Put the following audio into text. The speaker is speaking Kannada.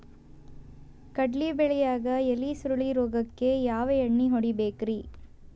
ಕಡ್ಲಿ ಬೆಳಿಯಾಗ ಎಲಿ ಸುರುಳಿ ರೋಗಕ್ಕ ಯಾವ ಎಣ್ಣಿ ಹೊಡಿಬೇಕ್ರೇ?